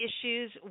issues